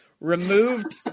Removed